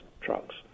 trucks